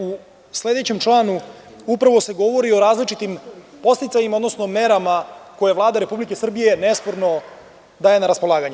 U sledećem članu upravo se govori o različitim podsticajima, odnosno merama koje Vlada Republike Srbije nesporno daje na raspolaganje.